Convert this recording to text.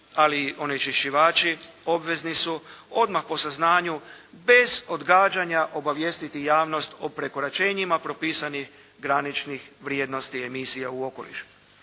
i onečišćivači obvezni su odmah po saznanju bez odgađanja obavijestiti javnost o prekoračenjima propisanih graničnih vrijednosti emisija u okoliš.